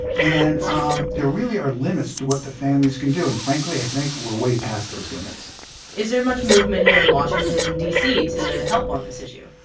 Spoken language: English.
and um there really are limits to what the families can do. frankly, i think we're way past those limits is there much movement here in washington, d c, to help on this issue?